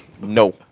no